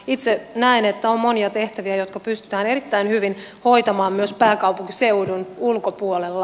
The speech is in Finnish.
itse näen että on monia tehtäviä jotka pystytään erittäin hyvin hoitamaan myös pääkaupunkiseudun ulkopuolella